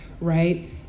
right